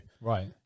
Right